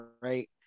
right